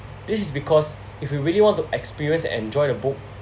this is because if we really want to experience and enjoy the book